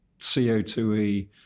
CO2E